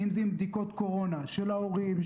אם זה עם בדיקות קורונה של ההורים,